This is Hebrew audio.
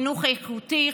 חינוך איכותי,